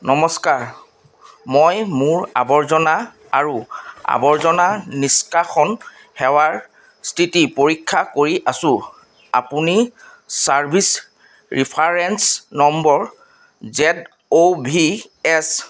নমস্কাৰ মই মোৰ আৱৰ্জনা আৰু আৱৰ্জনা নিষ্কাশন সেৱাৰ স্থিতি পৰীক্ষা কৰি আছো আপুনি service reference number Z O V S